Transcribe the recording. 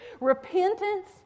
Repentance